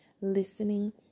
listening